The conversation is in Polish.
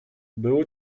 było